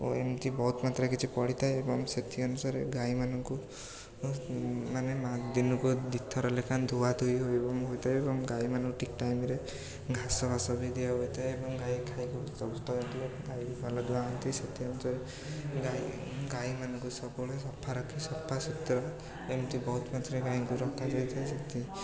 ଓ ଏମିତି ବହୁତ ମାତ୍ରାରେ କିଛି ପଡ଼ିଥାଏ ଏବଂ ସେଥି ଅନୁସାରେ ଗାଈମାନଙ୍କୁ ମାନେ ଦିନକୁ ଦୁଇଥର ଲେଖା ଧୁଆଧୁଇ ଏବଂ ହୋଇଥାଏ ଏବଂ ଗାଈମାନଙ୍କୁ ଠିକ ଟାଇମ୍ରେ ଘାସଫାସ ବି ଦିଆ ହୋଇଥାଏ ଏବଂ ଗାଈ ଖାଇକି ହୃଷ୍ଟପୃଷ୍ଟ ହୋଇଥାଏ ଏବଂ ଗାଈ ସେଥି ଅନୁସାରେ ଗାଈ ଗାଈମାନଙ୍କୁ ସବୁବେଳେ ସଫା ରଖି ସଫାସୁତୁରା ଏମିତି ବହୁତ ମାତ୍ରାରେ ଗାଈଙ୍କୁ ରଖା ଯାଇଥାଏ